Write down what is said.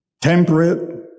Temperate